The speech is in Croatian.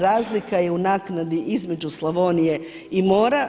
Razlika je u naknadi između Slavonije i mora.